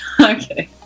okay